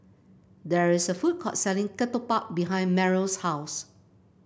there is a food court selling ketupat behind Merrill's house